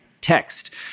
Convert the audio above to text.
text